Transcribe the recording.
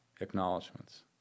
acknowledgments